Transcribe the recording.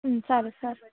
సరే సార్